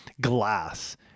glass